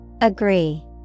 Agree